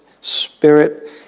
spirit